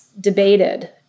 debated